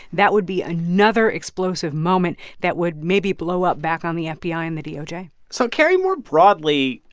that would be another explosive moment that would maybe blow up back on the fbi ah and the doj so, carrie, more broadly,